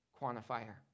quantifier